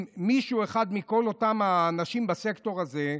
מישהו אחד מכל אותם האנשים בסקטור הזה,